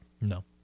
No